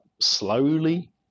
slowly